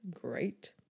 great